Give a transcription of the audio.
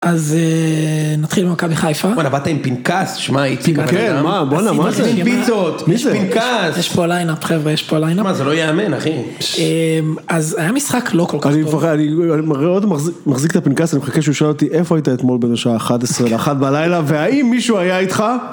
אז נתחיל עם מכבי חיפה. וואלה, באת עם פנקס, שמעי, פנקס. כן, וואלה, וואלה, מה זה? פנקס. יש פה ליין אפ, חבר'ה, יש פה ליין אפ. מה, זה לא ייאמן, אחי. אז היה משחק לא כל כך טוב. אני מפחד, אני עוד מחזיק את הפנקס, אני מחכה שהוא שואל אותי, איפה היית אתמול בלשעה 11-01 בלילה, והאם מישהו היה איתך?